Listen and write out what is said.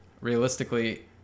Realistically